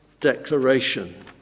declaration